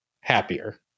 happier